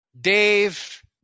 Dave